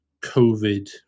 covid